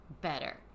Better